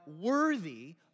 worthy